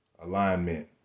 alignment